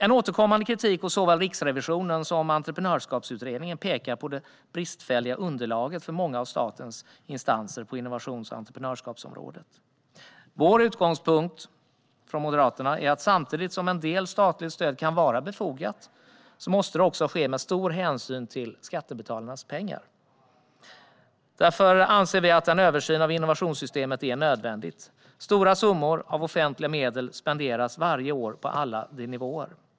En återkommande kritik från såväl Riksrevisionen som Entreprenörskapsutredningen handlar om det bristfälliga underlaget för många av statens instanser på innovations och entreprenörskapsområdet. Moderaternas utgångspunkt är att en del statligt stöd kan vara befogat men att det samtidigt måste ges med stor hänsyn till skattebetalarnas pengar. Därför anser vi att en översyn av innovationssystemet är nödvändig. Stora summor av offentliga medel spenderas varje år på alla nivåer.